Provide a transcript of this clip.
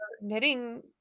knitting